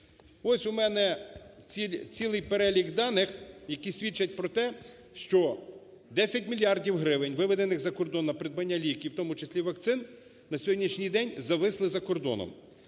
Ось в мене цілий перелік даних, які свідчать про те, що 10 мільярдів гривень, виведених за кордон на придбання ліків, в тому числі вакцин, на сьогоднішній день зависли за кордоном.